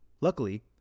Luckily